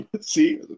See